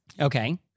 Okay